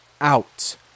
out